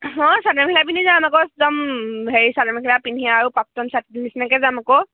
হয় চাদৰ মেখেলা পিন্ধি যাম আকৌ একদম হেৰি চাদৰ মেখেলা পিন্ধি আৰু প্ৰাক্তন ছাত্ৰী নিচিনাকৈ যাম আকৌ